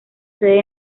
sede